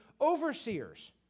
overseers